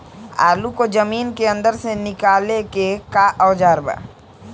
आलू को जमीन के अंदर से निकाले के का औजार बा?